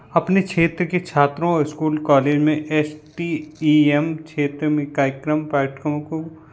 अपने क्षेत्र के छात्रों और इस्कूल कॉलेज में एस टी ई एम क्षेत्र में कार्यक्रम पाठकों को